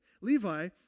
Levi